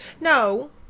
no